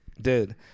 Dude